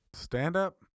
Stand-up